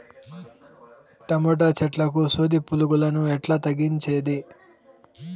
Tomato చెట్లకు సూది పులుగులను ఎట్లా తగ్గించేది?